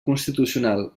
constitucional